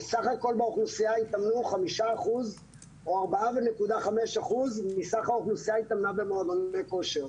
בסך הכול באוכלוסייה התאמנו 5% או 4.5% מסך האוכלוסייה במועדוני כושר.